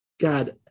god